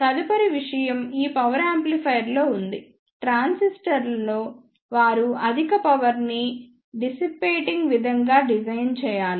తదుపరి విషయం ఈ పవర్ యాంప్లిఫైయర్లో ఉంది ట్రాన్సిస్టర్ను వారు అధిక పవర్ ని వెదజల్లుతున్న విధంగా డిజైన్ చేయాలి